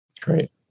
Great